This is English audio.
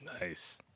nice